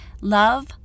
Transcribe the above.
Love